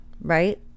right